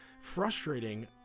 frustrating